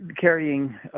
carrying